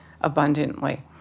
abundantly